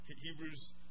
Hebrews